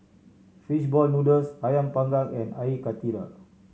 fish ball noodles Ayam Panggang and Air Karthira